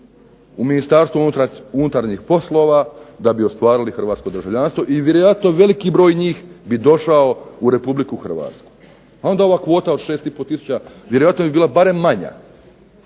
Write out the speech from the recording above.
u Ministarstvu unutarnjih poslova, da bi ostvarili hrvatsko državljanstvo, i vjerojatno veliki broj njih bi došao u Republiku Hrvatsku. A onda ova kvota od 6 i po tisuća vjerovatno bi bila barem manja,